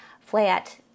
flat